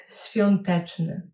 świąteczny